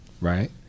right